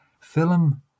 film